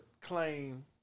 claim